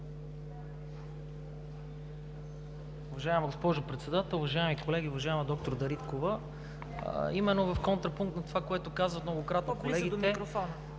Уважаема госпожо Председател, уважаеми колеги, уважаема доктор Дариткова! Именно в контрапункт на това, което казват многократно колегите,